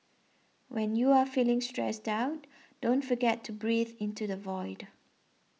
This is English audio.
when you are feeling stressed out don't forget to breathe into the void